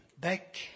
back